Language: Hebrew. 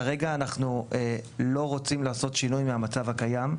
כרגע אנחנו לא רוצים לעשות שינוי מהמצב הקיים,